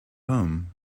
home